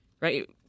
right